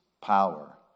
power